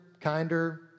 kinder